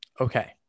Okay